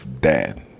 dad